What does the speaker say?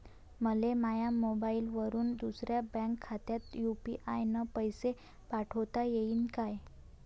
मले माह्या मोबाईलवरून दुसऱ्या बँक खात्यात यू.पी.आय न पैसे पाठोता येईन काय?